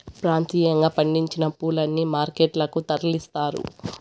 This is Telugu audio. ప్రాంతీయంగా పండించిన పూలని మార్కెట్ లకు తరలిస్తారు